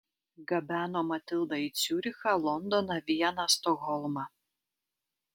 gabeno matildą į ciurichą londoną vieną stokholmą